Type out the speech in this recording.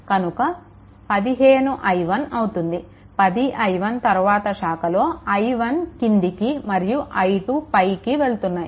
కనుక 15i1 అవుతుంది 10i1 తరువాత శాఖలో i1 క్రిందికి మరియు i2 పైకి వెళ్తున్నాయి